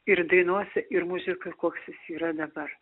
ir dainose ir muzikoj koks jis yra dabar